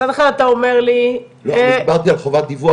מצד אחד אתה אומר לי --- דיברתי על חובת דיווח,